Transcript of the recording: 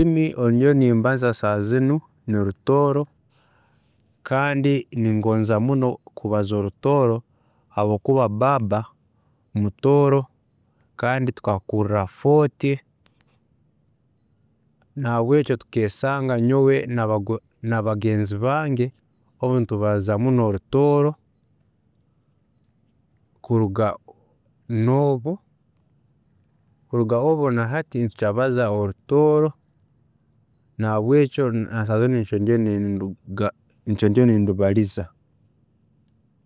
﻿Olulimi olumbaza nyowe saaha zinu rutooro habwokuba, kandi ningoonza muno kubaza orutooro habwokuba baaba mutooro kandi tukakuurra Fort, nahabwekyo tukesanga nyowe nabagenzi bande nitubaza muno orutooro kuruga obu nahati nitubaza orutooro nahabwekyo nasaaha zinu nikyo ndiyo nindubaliza